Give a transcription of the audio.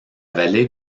vallée